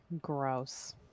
Gross